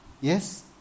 Yes